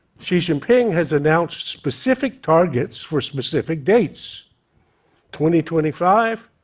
xi jinping has announced specific targets for specific dates twenty twenty five,